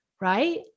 right